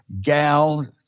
Gal